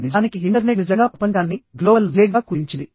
నిజానికి ఇంటర్నెట్ నిజంగా ప్రపంచాన్ని గ్లోబల్ విలేజ్గా కుదించింది